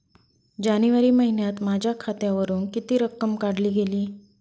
जानेवारी महिन्यात माझ्या खात्यावरुन किती रक्कम काढली गेली?